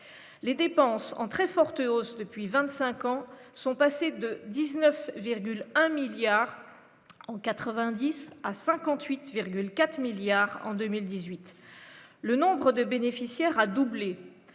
les dépenses en très forte hausse depuis 25 ans sont passé de 19,1 milliards en 90 à 58,4 milliards en 2018 le nombre de bénéficiaires a doublé